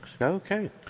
Okay